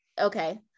Okay